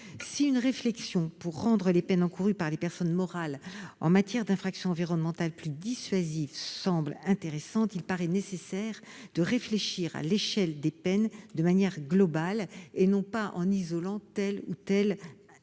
Si une réflexion pour rendre les peines encourues par les personnes morales en matière d'infractions environnementales plus dissuasives semble intéressante, il paraît nécessaire de réfléchir à l'échelle des peines de manière globale et non en isolant tel ou tel type